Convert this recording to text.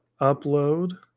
upload